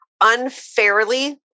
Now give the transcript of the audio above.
unfairly